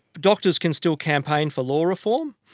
doctors can still campaign for law reform.